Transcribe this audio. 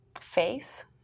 face